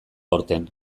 aurten